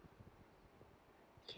okay